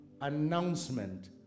announcement